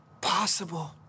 possible